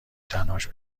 تنهاش